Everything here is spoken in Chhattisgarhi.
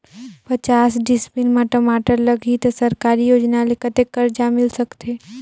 पचास डिसमिल मा टमाटर लगही त सरकारी योजना ले कतेक कर्जा मिल सकथे?